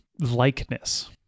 likeness